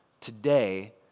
Today